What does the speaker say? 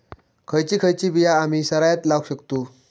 खयची खयची बिया आम्ही सरायत लावक शकतु?